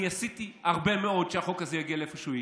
אני עשיתי הרבה מאוד כדי שהחוק הזה יגיע לאיפה שהוא הגיע,